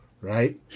right